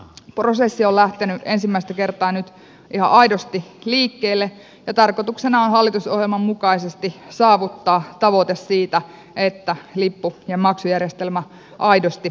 prosessi on lähtenyt ensimmäistä kertaa nyt ihan aidosti liikkeelle ja tarkoituksena on hallitusohjelman mukaisesti saavuttaa tavoite siitä että lippu ja maksujärjestelmä aidosti kehittyy